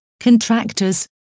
contractors